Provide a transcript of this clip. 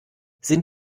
sind